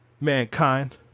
Mankind